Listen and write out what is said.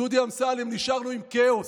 דודי אמסלם, נשארנו עם כאוס.